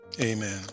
Amen